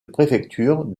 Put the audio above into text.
préfecture